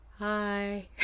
Hi